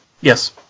Yes